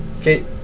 Okay